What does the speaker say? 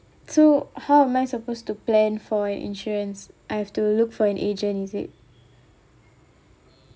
so how am I supposed to plan for an insurance I have to look for an agent is it